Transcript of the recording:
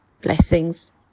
blessings